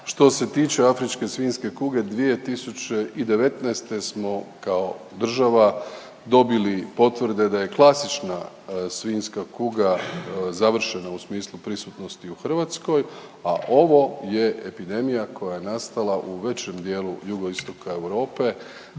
Što se tiče afričke svinjske kuge 2019. smo kao država dobili potvrde da je klasična svinjska kuga završena u smislu prisutnosti u Hrvatskoj, a ovo je epidemija koja je nastala u većem dijelu jugoistoka Europe,